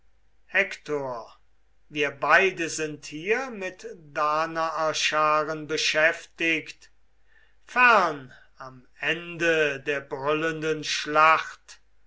hektor wir beide sind hier mit danaerscharen beschäftigt fern am ende der brüllenden schlacht